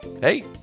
hey